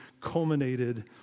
culminated